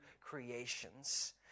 creations